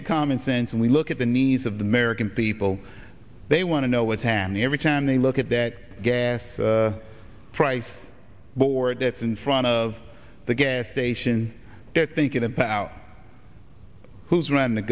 at commonsense and we look at the needs of the american people they want to know what's happening every time they look at that gas price board that's in front of the gas station they're thinking of power who's aroun